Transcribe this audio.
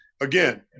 again